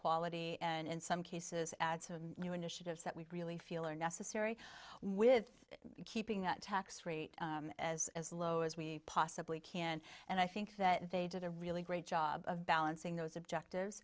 quality and in some cases add some new initiatives that we really feel are necessary with keeping the tax rate as low as we possibly can and i think that they did a really great job of balancing those objective